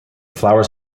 flowers